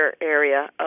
area